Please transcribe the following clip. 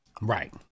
Right